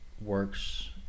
works